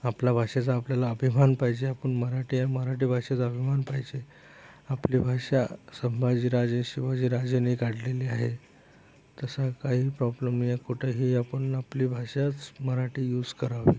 आपल्या भाषेचा आपल्याला अभिमान पाहिजे आपण मराठी आहे मराठी भाषेचा अभिमान पाहिजे आपली भाषा संभाजीराजे शिवाजीराजे यांनी काढलेली आहे तसा काही प्रॉब्लेम नाही आहे कुठेही आपण आपली भाषाच मराठी यूज करावी